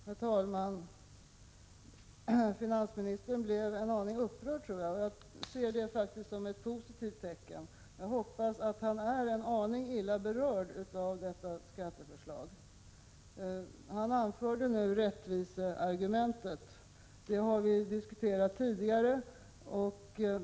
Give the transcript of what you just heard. Herr talman! Finansministern blev en aning upprörd. Jag ser det faktiskt som ett positivt tecken. Jag hoppas att finansministern är illa berörd av detta skatteförslag. Finansministern anförde rättviseargumentet. Det har vi diskuterat tidigare.